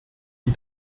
die